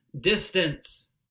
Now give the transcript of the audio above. distance